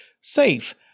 safe